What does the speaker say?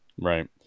right